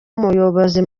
umuyobozi